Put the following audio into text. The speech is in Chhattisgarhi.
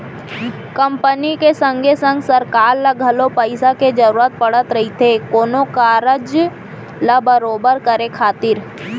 कंपनी के संगे संग सरकार ल घलौ पइसा के जरूरत पड़त रहिथे कोनो कारज ल बरोबर करे खातिर